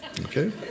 okay